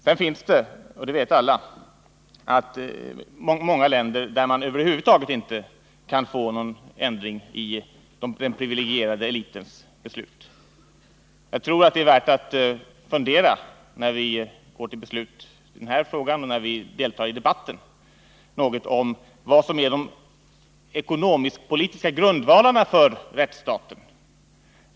Sedan finns det — det vet alla — många länder där man över huvud taget inte kan få någon ändring i den privilegierade elitens beslut. När vi tar ställning till frågor kring vår rättssäkerhet har vi ofta anledning att fundera något över vilka de ekonomisk-politiska grundvalarna för rättsstaten är.